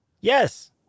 Yes